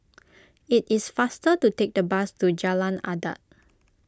it is faster to take the bus to Jalan Adat